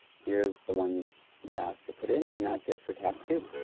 here's the one we're asked to put in, and that's it for task two.